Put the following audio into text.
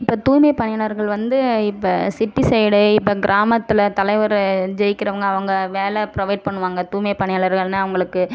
இப்போ தூய்மை பணியாளர்கள் வந்து இப்ப சிட்டி சைடு இப்போ கிராமத்தில் தலைவர் ஜெயிக்கிறவங்க அவங்க வேலை ப்ரொவைட் பண்ணுவாங்க தூய்மை பணியாளர்கள்னு அவங்களுக்கு